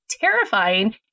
terrifying